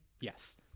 Yes